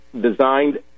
designed